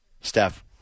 Steph